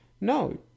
No